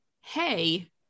Hey